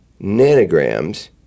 nanograms